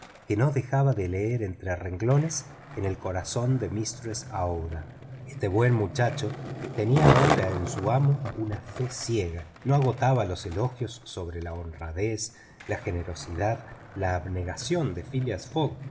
que no dejaba de leer entre renglones en el corazón de mistress aouida este buen muchacho tenía ahora en su amo una fe ciega no agotaba los elogios sobre su honradez la generosidad la abnegación de phileas fogg